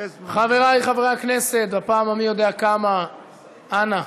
חברי חברי הכנסת, בפעם המי-יודע-כמה, אנא.